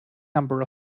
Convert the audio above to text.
number